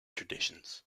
traditions